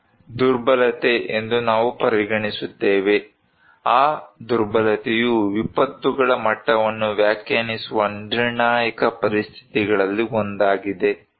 ಇದು ದುರ್ಬಲತೆ ಎಂದು ನಾವು ಪರಿಗಣಿಸುತ್ತೇವೆ ಆ ದುರ್ಬಲತೆಯು ವಿಪತ್ತುಗಳ ಮಟ್ಟವನ್ನು ವ್ಯಾಖ್ಯಾನಿಸುವ ನಿರ್ಣಾಯಕ ಪರಿಸ್ಥಿತಿಗಳಲ್ಲಿ ಒಂದಾಗಿದೆ